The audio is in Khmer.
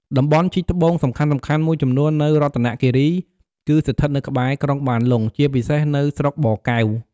តំបន់ជីកត្បូងសំខាន់ៗមួយចំនួននៅរតនគិរី គឺស្ថិតនៅក្បែរ ក្រុងបានលុង ជាពិសេសនៅ ស្រុកបកែវ។